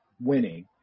winning